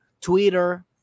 Twitter